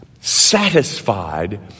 satisfied